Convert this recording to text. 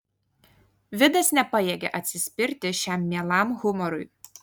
vidas nepajėgė atsispirti šiam mielam humorui